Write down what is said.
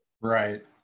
Right